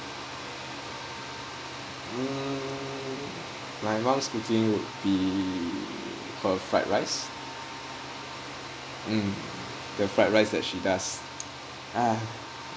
mm my mum's cooking would be her fried rice um the fried rice that she does uh